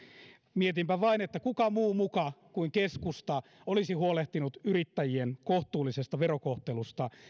mietinpä vain että kuka muu muka kuin keskusta olisi huolehtinut yrittäjien kohtuullisesta verokohtelusta